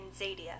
Zadia